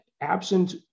absent